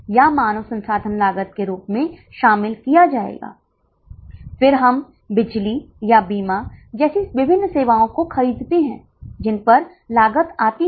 तो हमारे पास 1 बस 2 बसें 3 बसें 4 बसें हो सकती हैं क्योंकि अब अंतिम 10 छात्रों के लिए आपको एक और बस लेनी होगी इसी वजह से आपकी औसत लागत बढ़ गई है